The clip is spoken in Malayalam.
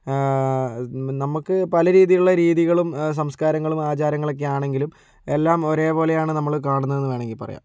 നമുക്ക് പല രീതിയിലുള്ള രീതികളും സംസ്കാരങ്ങളും ആചാരങ്ങളും ഒക്കെ ആണെങ്കിലും എല്ലാം ഒരേ പോലെയാണ് നമ്മൾ കാണുന്നത് എന്ന് വേണമെങ്കിൽ പറയാം